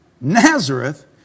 Nazareth